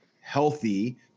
healthy